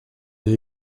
les